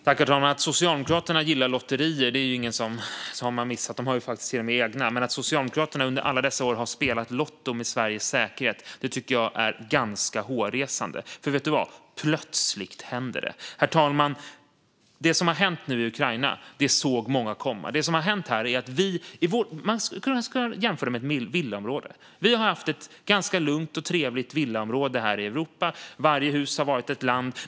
Herr talman! Att Socialdemokraterna gillar lotterier är det ingen som har missat. De har faktiskt till och med egna. Men att Socialdemokraterna under alla dessa år har spelat lotto med Sveriges säkerhet tycker jag är ganska hårresande. För, vet du vad, plötsligt händer det. Herr talman! Det som nu har hänt i Ukraina såg många komma. Man skulle kunna jämföra det med ett villaområde. Vi har haft ett ganska lugnt och trevligt villaområde här i Europa. Varje hus har varit ett land.